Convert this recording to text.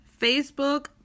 Facebook